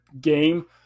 game